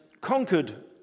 conquered